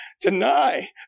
Deny